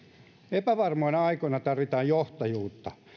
epävarmoina aikoina tarvitaan johtajuutta